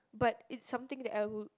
but it's something that I would